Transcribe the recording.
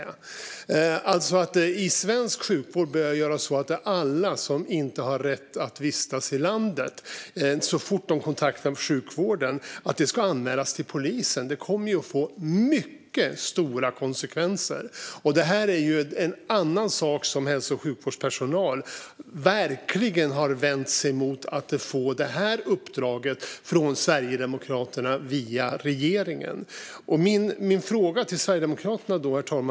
Det handlar om att i svensk sjukvård börja göra så för alla som inte har rätt att vistas i landet att så fort de kontaktar sjukvården ska det anmälas till polisen. Det kommer att få mycket stora konsekvenser. Att få det uppdraget från Sverigedemokraterna via regeringen är en annan sak som hälso och sjukvårdspersonal verkligen har vänt sig emot. Herr talman! Jag har en fråga till Sverigedemokraterna.